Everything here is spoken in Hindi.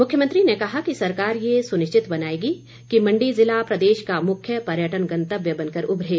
मुख्यमंत्री ने कहा कि सरकार ये सुनिश्चित बनाएगी कि मण्डी ज़िला प्रदेश का मुख्य पर्यटन गंतव्य बनकर उभरे